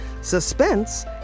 suspense